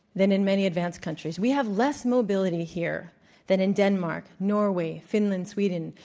than in many advanced countries. we have less mobility here than in denmark, norway, finland, sweden.